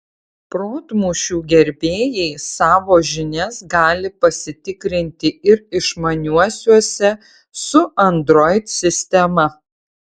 protmūšių gerbėjai savo žinias gali pasitikrinti ir išmaniuosiuose su android sistema